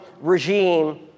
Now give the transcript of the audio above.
regime